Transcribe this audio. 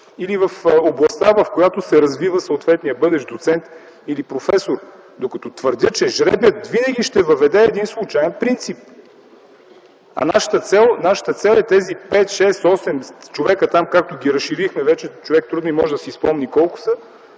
или в областта, в която се развива бъдещият доцент или професор. Твърдя, че жребият винаги ще въведе един случаен принцип. А нашата цел е тези 5-6-8 човека, както ги разширихме, човек вече трудно може да си спомни колко са,